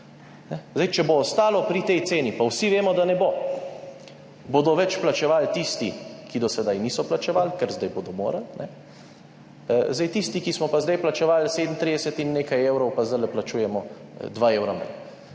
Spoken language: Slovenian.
Zdaj, če bo ostalo pri tej ceni - pa vsi vemo, da ne bo -, bodo več plačevali tisti, ki do sedaj niso plačevali, ker zdaj bodo morali, tisti, ki smo pa zdaj plačevali 37 in nekaj evrov, pa zdaj plačujemo 2 evra